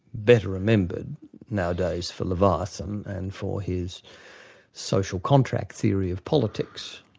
better remembered nowadays for leviathan and for his social contract theory of politics,